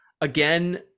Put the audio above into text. again